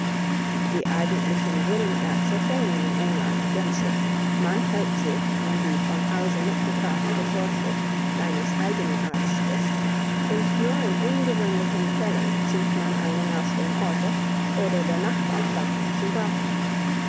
die eigentlichen brunnenärzte fehlen in england gänzlich man hält sich an die von hause mitgebrachte vorschrift seines eigenen arztes und nur in ungewöhnlichen fällen zieht man einen aus dem orte oder der nachbarschaft zu rate